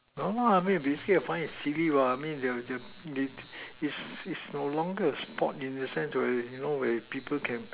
no lah I'm very busy to find it silly what is no longer a sport in a sense already you know when people can